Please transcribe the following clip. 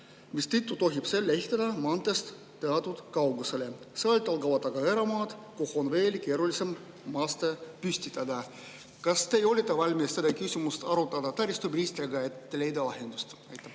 mistõttu tohib selle ehitada maanteest teatud kaugusele. Sealt algavad aga eramaad, kuhu on veel keerulisem maste püstitada. Kas teie olete valmis seda küsimust taristuministriga arutama, et leida lahendus? Aitäh,